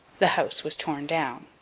the house was torn down.